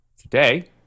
Today